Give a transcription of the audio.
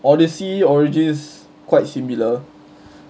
odyssey origins quite similar